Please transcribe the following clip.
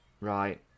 Right